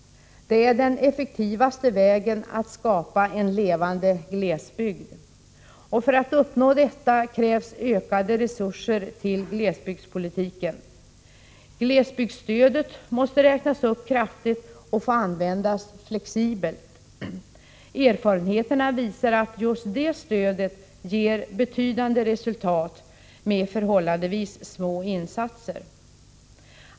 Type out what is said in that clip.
Det är den effektivaste vägen att skapa en levande glesbygd. För att uppnå detta krävs ökade resurser till glesbygdspolitiken. Glesbygdsstödet måste räknas upp kraftigt och få användas flexibelt. Erfarenheterna visar att just det stödet ger betydande resultat med förhållandevis små insatser.